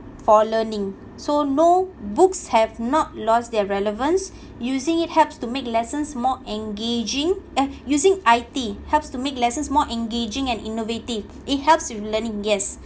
for learning so no books have not lost their relevance using it helps to make lessons more engaging eh using I_T helps to make lessons more engaging and innovative it helps with learning yes